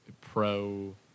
pro